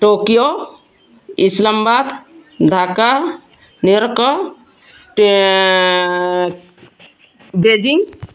Tokyo Islamabad Dhaka New York Beijing